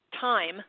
time